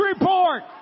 report